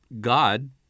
God